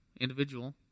individual